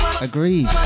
agreed